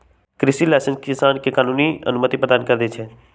कृषि लाइसेंस किसान के कानूनी अनुमति प्रदान करै छै